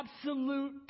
absolute